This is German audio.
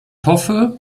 hoffe